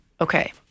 Okay